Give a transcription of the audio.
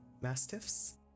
mastiffs